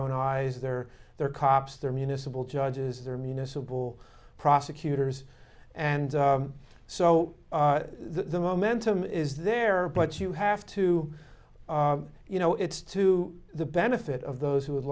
own eyes they're their cops their municipal judges their municipal prosecutors and so the momentum is there but you have to you know it's to the benefit of those who would